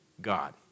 God